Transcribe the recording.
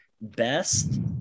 best